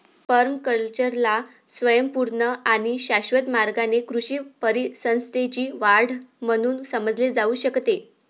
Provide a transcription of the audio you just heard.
पर्माकल्चरला स्वयंपूर्ण आणि शाश्वत मार्गाने कृषी परिसंस्थेची वाढ म्हणून समजले जाऊ शकते